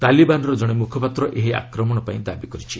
ତାଲିବାନ୍ର ଜଣେ ମୁଖପାତ୍ର ଏହି ଆକ୍ରମଣ ପାଇଁ ଦାବି କରିଛି